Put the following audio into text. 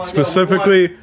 Specifically